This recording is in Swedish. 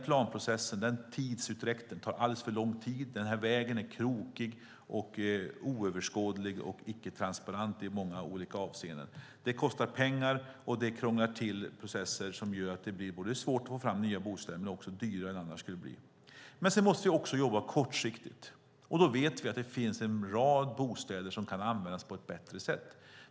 Tidsutdräkten för den planprocessen är alldeles för lång. Vägen är krokig, oöverskådlig och icke transparent i många olika avseenden. Det kostar pengar och det krånglar till processer som gör att det blir både svårt att få fram nya bostäder och dyrare än det annars skulle bli. Sedan måste vi också jobba kortsiktigt, och då vet vi att det finns en rad bostäder som kan användas på ett bättre sätt.